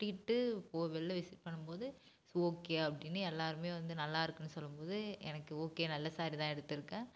கட்டிட்டு போய் வெளில விசிட் பண்ணும் போது சரி ஓகே அப்படின்னு எல்லாரும் வந்து நல்லா இருக்குன்னு சொல்லும் போது எனக்கு ஓகே நல்ல சாரீ தான் எடுத்துருக்கேன்